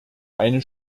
eine